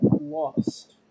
lost